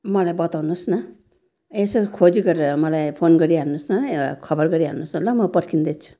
मलाई बताउनुहोस् न यसो खोजी गरेर मलाई फोन गरिहाल्नुहोस् न खबर गरिहाल्नुहोस् न ल म पर्खिँदैछु